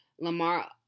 Lamar